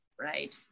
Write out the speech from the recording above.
right